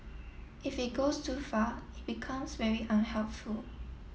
if it goes too far it becomes very unhelpful